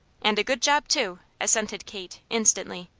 and a good job, too! assented kate, instantly.